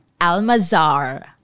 Almazar